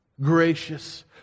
gracious